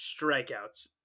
strikeouts